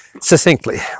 succinctly